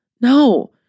No